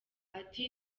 ati